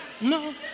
no